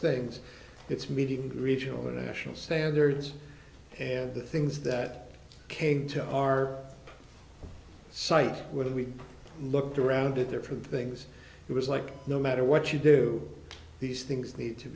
things it's meeting regional international standards and the things that came to our site when we looked around to different things it was like no matter what you do these things need to